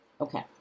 Okay